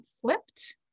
flipped